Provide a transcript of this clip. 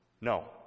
No